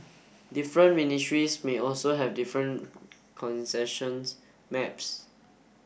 different ministries may also have different concessions maps